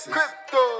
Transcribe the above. Crypto